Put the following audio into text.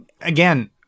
Again